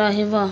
ରହିବ